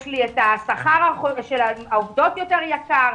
יש לי את שכר העובדות לשלם יותר יקר.